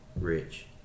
rich